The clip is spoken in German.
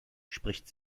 spricht